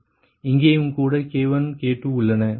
இங்கேயும் கூட K1 K2 உள்ளன